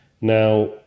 Now